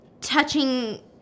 touching